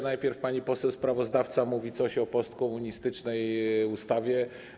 Najpierw pani poseł sprawozdawca mówi coś o postkomunistycznej ustawie.